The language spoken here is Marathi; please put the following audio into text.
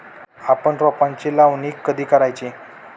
आपण रोपांची लावणी कधी करायची?